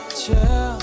chill